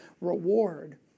reward